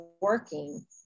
working